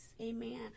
Amen